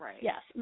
Yes